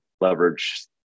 leverage